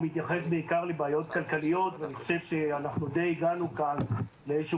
הוא מתייחס בעיקר לבעיות כלכליות ואני חושב שאנחנו די הגענו כאן לאיזשהו